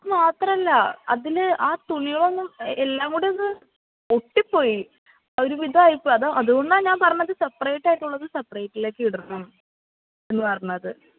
അത് മാത്രമല്ല അതില് ആ തുണികളൊന്നും എല്ലാം കൂടി ഇത് ഒട്ടിപ്പോയി ഒരു വിധമായി ഇപ്പോൾ അത് അതുകൊണ്ടാണ് ഞാൻ പറഞ്ഞത് സെപ്പറേറ്റ് ആയിട്ടുള്ളത് സെപ്പറേറ്റിലേക്ക് ഇടണം എന്ന് പറഞ്ഞത്